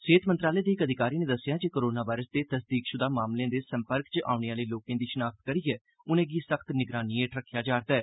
सेहत मंत्रालय दे इक अधिकारी नै आखेआ ऐ जे कोरोना वायरस दे तसदीकशुदा मामलें दे संपर्क च औने आह्ले लोकें दी शिनाख्त करियै उनें'गी सख्त निगरानी हेठ रक्खेआ जा'रदा ऐ